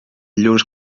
llurs